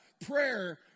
prayer